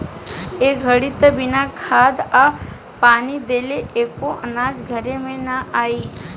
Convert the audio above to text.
ए घड़ी त बिना खाद आ पानी देले एको अनाज घर में ना आई